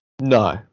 No